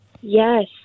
Yes